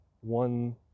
one